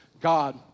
God